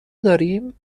داریم